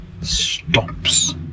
stops